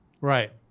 Right